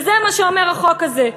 וזה מה שאומר החוק הזה.